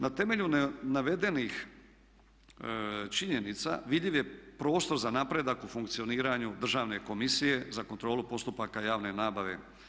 Na temelju navedenih činjenica vidljiv je prostor za napredak u funkcioniranju Državne komisije za kontrolu postupaka javne nabave.